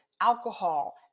alcohol